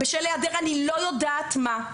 בשל היעדר אני לא יודעת מה,